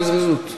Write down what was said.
בזריזות.